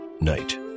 Night